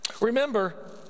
Remember